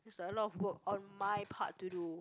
it's like a lot of work on my part to do